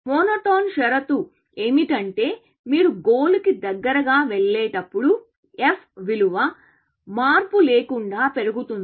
monotone షరతు ఏమిటంటే మీరు గోల్ కి దగ్గరగా వెళ్ళేటప్పుడు f విలువ మార్పు లేకుండా పెరుగుతుంది